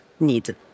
Need